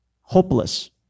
Hopeless